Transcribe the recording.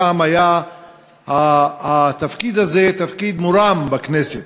פעם היה התפקיד הזה תפקיד מורם בכנסת,